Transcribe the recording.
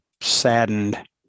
saddened